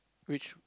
which